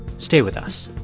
stay with us